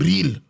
Real